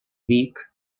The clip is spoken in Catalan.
vic